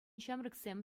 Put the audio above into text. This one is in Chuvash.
ҫамрӑксем